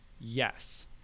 yes